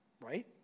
right